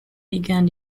began